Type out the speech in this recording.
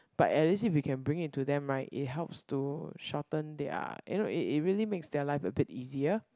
but at least if you can bring it to them right it helps to shorten their you know it it really makes their life a bit easier